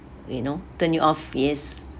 you know turn you off yes